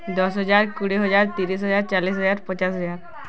ଦଶ ହଜାର କୋଡ଼ିଏ ହଜାର ତିରିଶି ହଜାର ଚାଳିଶି ହଜାର ପଚାଶ ହଜାର